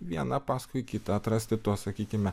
vieną paskui kitą atrasti tuos sakykime